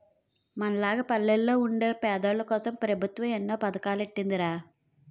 మనలాగ పల్లెల్లో వుండే పేదోల్లకోసం పెబుత్వం ఎన్నో పదకాలెట్టీందిరా